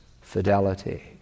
fidelity